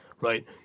right